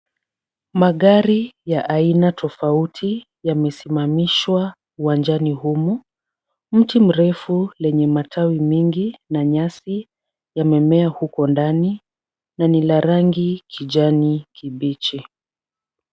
Magari ya aina tofauti yamesimamishwa uwanjani humu. Mti mrefu lenye matawi mengi na nyasi yamemea huko ndani na ni la rangi kijani kibichi.